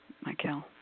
Michael